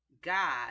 God